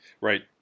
Right